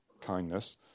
kindness